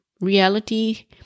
reality